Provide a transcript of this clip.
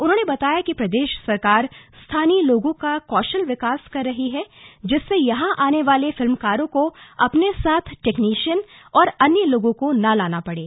उन्होंने बताया कि प्रदेश सरकार स्थानीय लोगों का कौशल विकास कर रही है जिससे यहां आने वाले फिल्मकारों को अपने साथ टैक्नीशियन और अन्य लोगों को न लाना पड़े